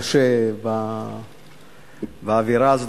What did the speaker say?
קשה באווירה הזאת,